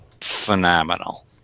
phenomenal